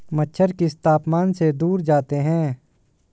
मच्छर किस तापमान से दूर जाते हैं?